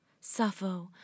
Sappho